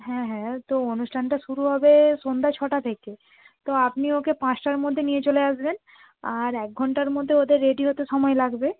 হ্যাঁ হ্যাঁ তো অনুষ্ঠানটা শুরু হবে সন্ধ্যা ছটা থেকে তো আপনি ওকে পাঁচটার মধ্যে নিয়ে চলে আসবেন আর এক ঘণ্টার মধ্যে ওদের রেডি হতে সময় লাগবে